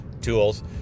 tools